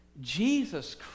Jesus